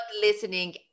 listening